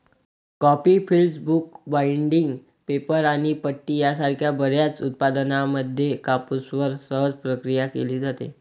coffee filters, book binding, paper आणि पट्टी यासारख्या बर्याच उत्पादनांमध्ये कापूसवर सहज प्रक्रिया केली जाते